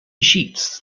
sheets